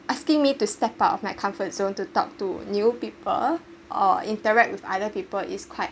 asking me to step out of my comfort zone to talk to new people or interact with other people is quite